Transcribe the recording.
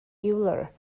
euler